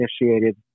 initiated